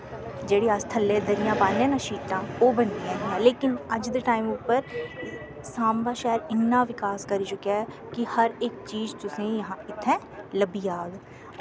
जेह्ड़ी अस थल्ले दरियां पान्ने ना शीटां ओह् बनदियां हियां लेकिन अज दे टाईम उप्पर सांबा शैह्र इन्ना विकास करी चुक्कआ ऐ कि हर इक चीज तुसें इत्थैं लब्भी जाह्ग